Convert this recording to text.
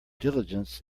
diligence